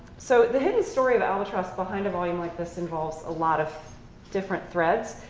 so the hidden story of albatross behind a volume like this involves a lot of different threads.